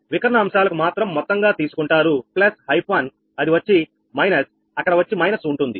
వికర్ణ అంశాలకు మాత్రం మొత్తంగా తీసుకుంటారు ప్లస్ హైఫన్ అది వచ్చి మైనస్ అక్కడ వచ్చి మైనస్ ఉంటుంది